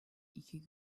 iki